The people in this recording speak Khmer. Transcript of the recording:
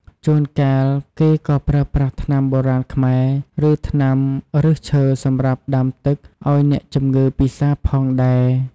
ជួនកាល គេក៏ប្រើប្រាស់ថ្នាំបុរាណខ្មែរ ឬ ថ្នាំឫសឈើសម្រាប់ដាំទឹកឱ្យអ្នកជម្ងឺពិសាផងដែរ។